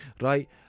Right